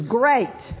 great